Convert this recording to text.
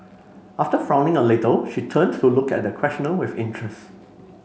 after frowning a little she turned to look at the questioner with interest